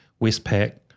Westpac